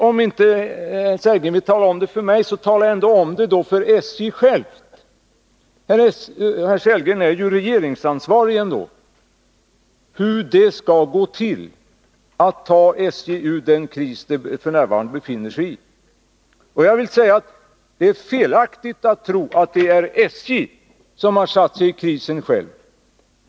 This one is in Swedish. Om inte herr Sellgren vill tala om för mig, så tala om för SJ självt — herr Sellgren är ju regeringsansvarig ändå — hur det skall gå till att komma ur den kris som SJ f. n. befinner sig i. Jag vill säga att det är felaktigt att tro att det är SJ självt som har satt sig i krisen.